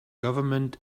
government